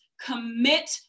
commit